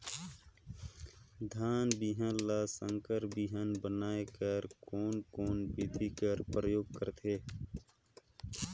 धान बिहान ल संकर बिहान बनाय बर कोन कोन बिधी कर प्रयोग करथे?